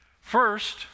First